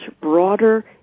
broader